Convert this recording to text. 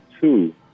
two